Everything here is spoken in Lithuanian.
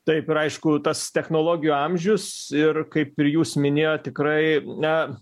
taip ir aišku tas technologijų amžius ir kaip ir jūs minėjot tikrai na